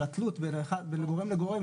של התלות בין גורם לגורם,